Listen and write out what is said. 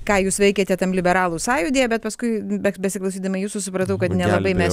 ką jūs veikiate tam liberalų sąjūdyje bet paskui be besiklausydama jūsų supratau kad nelabai mes